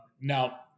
Now